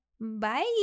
Bye